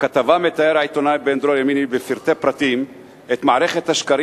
בכתבה מתאר העיתונאי בן-דרור ימיני בפרטי פרטים את מערכת השקרים